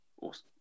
awesome